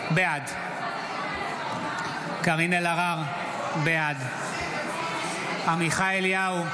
בעד קארין אלהרר, בעד עמיחי אליהו,